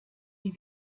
die